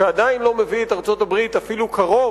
שעדיין לא מביא את ארצות-הברית אפילו קרוב